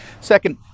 Second